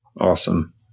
Awesome